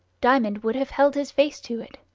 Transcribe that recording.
diamond would have held his face to it.